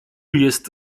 jest